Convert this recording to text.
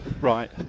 right